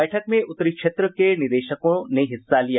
बैठक में उत्तरी क्षेत्र के निदेशकों ने हिस्सा लिया